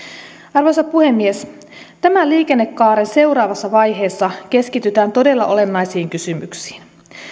arvoisa puhemies tämän liikennekaaren seuraavassa vaiheessa keskitytään todella olennaisiin kysymyksiin